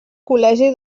col·legi